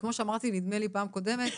וכמו שאמרתי בפעם הקודמת,